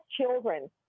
children